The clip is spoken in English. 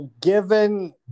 given